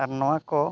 ᱟᱨ ᱱᱚᱣᱟᱠᱚ